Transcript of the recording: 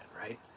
right